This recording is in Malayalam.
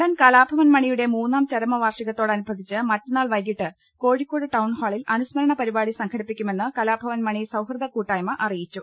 നടൻ ക്ലാഭവൻ മണിയുടെ മൂന്നാം ചരമവാർഷികത്തോട നുബന്ധിച്ച് മറ്റ്ന്നാൾ വൈകിട്ട് കോഴിക്കോട് ടൌൺഹാളിൽ അനുസ്മരണ് പരിപാടി സംഘടിപ്പിക്കുമെന്ന് കലാഭവൻമണി സൌഹൃദ കൂട്ടായ്മ അറിയിച്ചു